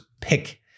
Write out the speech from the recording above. pick